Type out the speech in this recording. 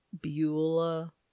Beulah